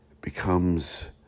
becomes